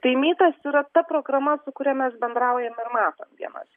tai mytas yra ta programa su kuria mes bendraujam ir matom vienas